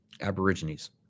Aborigines